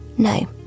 No